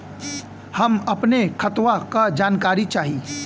हम अपने खतवा क जानकारी चाही?